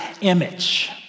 image